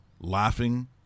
laughing